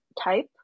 type